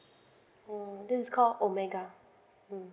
oh this is called omega mm